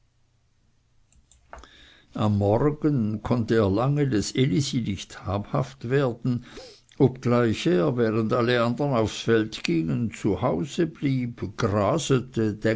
am morgen konnte er lange des elisi nicht habhaft werden obgleich er während alle andern aufs feld gingen zu hause blieb grasete